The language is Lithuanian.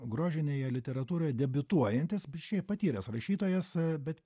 grožinėje literatūroje debiutuojantis bet šiaip patyręs rašytojas bet